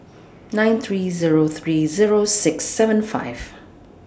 nine three Zero three Zero six seven five